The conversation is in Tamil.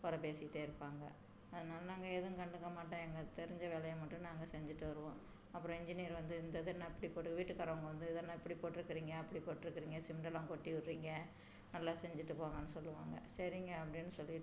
குற பேசிகிட்டே இருப்பாங்கள் அதனால் நாங்கள் எதுவும் கண்டுக்க மாட்டோம் எங்களுக்கு தெரிஞ்ச வேலையை மட்டும் நாங்கள் செஞ்சிகிட்டு வருவோம் அப்பறம் இன்ஜினியர் வந்து இந்த இது என்ன இப்படி போட்டு வீட்டுக்காரவங்க வந்து இது என்ன இப்படி போட்டிருக்குறீங்க அப்படி போட்டிருக்குறீங்க சிமெண்ட்டெல்லாம் கொட்டி விட்றிங்க நல்லா செஞ்சிட்டு போங்கன்னு சொல்லுவாங்கள் சரிங்க அப்படின்னு சொல்லிட்டு